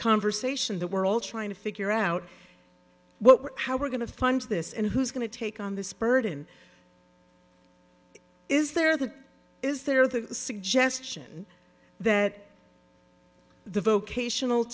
conversation that we're all trying to figure out what we're how we're going to fund this and who's going to take on this burden is there that is there the suggestion that the vocational